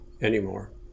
anymore